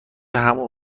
همون